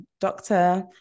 doctor